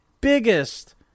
biggest